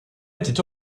était